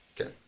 Okay